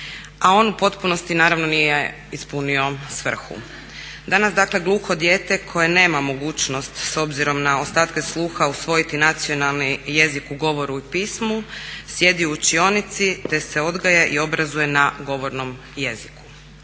a on u potpunosti naravno nije ispunio svrhu. Danas dakle gluho dijete koje nema mogućnost s obzirom na ostatke sluha usvojiti nacionalni jezik u govoru i pismu sjedi u učionici te se odgaja i obrazuje na govornom jeziku.